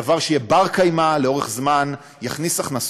דבר שיהיה בר-קיימא לאורך זמן, ויניב הכנסות.